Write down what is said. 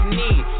need